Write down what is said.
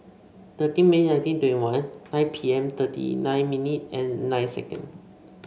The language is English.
thirteen May nineteen twenty one nine P M thirty nine minutes and nine second